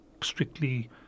strictly